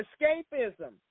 escapism